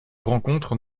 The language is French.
rencontre